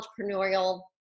entrepreneurial